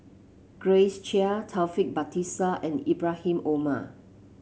Grace Chia Taufik Batisah and Ibrahim Omar